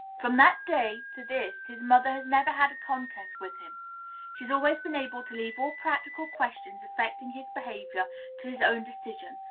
from that day to this his mother has never had a contest with him she has always been able to leave all practical questions affecting his behavior to his own decision,